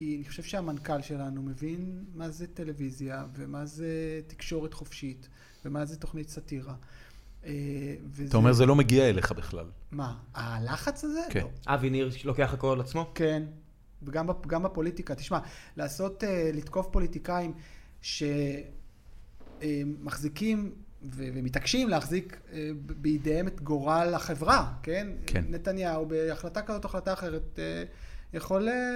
כי אני חושב שהמנכ״ל שלנו מבין מה זה טלוויזיה, ומה זה תקשורת חופשית, ומה זה תוכנית סאטירה. אתה אומר, זה לא מגיע אליך בכלל. מה? הלחץ הזה? לא. אבי ניר, שלוקח את הכול על עצמו? כן, וגם בפוליטיקה. תשמע, לעשות, לתקוף פוליטיקאים שמחזיקים, ומתעקשים להחזיק בידיהם את גורל החברה, כן? כן. נתניהו, בהחלטה כזאת או החלטה אחרת, יכול...